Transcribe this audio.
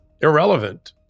irrelevant